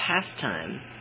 pastime